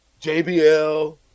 JBL